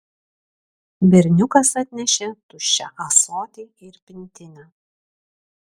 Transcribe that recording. berniukas atnešė tuščią ąsotį ir pintinę